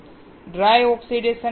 dry oxide આશરે 0